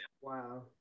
Wow